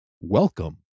Welcome